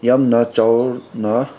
ꯌꯥꯝꯅ ꯆꯥꯎꯅ